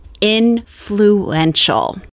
influential